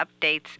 updates